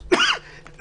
מאוד,